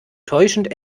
täuschend